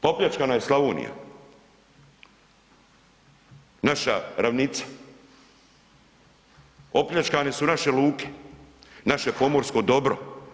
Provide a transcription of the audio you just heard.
Popljačkana je Slavonija, naša ravnica, opljačkane su naše luke, naše pomorsko dobro.